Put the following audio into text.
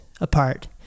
apart